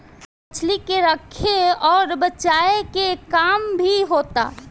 मछली के रखे अउर बचाए के काम भी होता